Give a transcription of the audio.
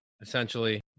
essentially